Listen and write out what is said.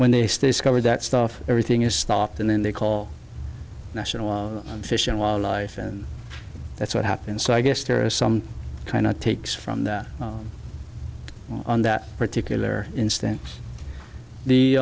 when they stays covered that stuff everything is stopped and then they call national fish and wildlife and that's what happened so i guess there are some kind of takes from that on that particular instance the